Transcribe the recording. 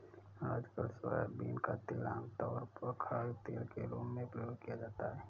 आजकल सोयाबीन का तेल आमतौर पर खाद्यतेल के रूप में प्रयोग किया जाता है